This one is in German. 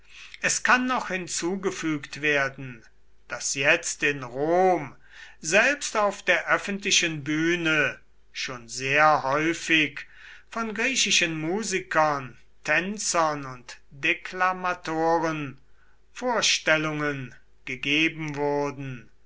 es kann noch hinzugefügt werden daß jetzt in rom selbst auf der öffentlichen bühne schon sehr häufig von griechischen musikern tänzern und deklamatoren vorstellungen gegeben wurden